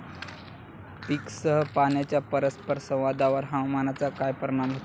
पीकसह पाण्याच्या परस्पर संवादावर हवामानाचा काय परिणाम होतो?